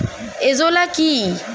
Azolla কি?